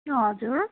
हजुर